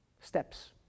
steps